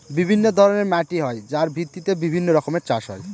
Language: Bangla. বিভিন্ন ধরনের মাটি হয় যার ভিত্তিতে বিভিন্ন রকমের চাষ হয়